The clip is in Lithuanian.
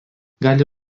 gali